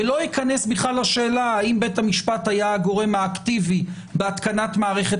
לא להיכנס בכלל לשאלה אם בית המשפט היה הגורם האקטיבי בהתקנת מערכת